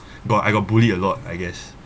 got I got bullied a lot I guess